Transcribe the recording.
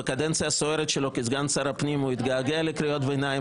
בקדנציה הסוערת שלו כסגן שר הפנים הוא התגעגע לקריאות ביניים,